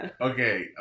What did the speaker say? Okay